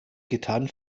getan